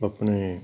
ਆਪਣੇ